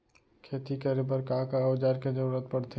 खेती करे बर का का औज़ार के जरूरत पढ़थे?